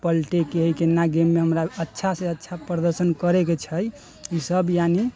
पलटैके हय केना गेममे हमरा अच्छासँ अच्छा प्रदर्शन करैके छै ई सब यानि